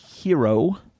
Hero